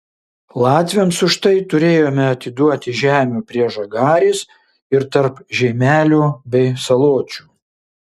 latviams už tai turėjome atiduoti žemių prie žagarės ir tarp žeimelio bei saločių